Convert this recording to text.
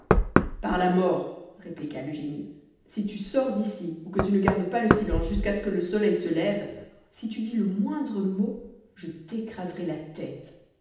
par la mort répliqua le génie si tu sors d'ici ou que tu ne gardes pas le silence jusqu'à ce que le soleil se lève si tu dis le moindre mot je t'écraserai la tête